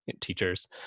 teachers